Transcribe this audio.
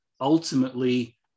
ultimately